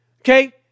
okay